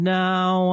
now